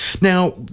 Now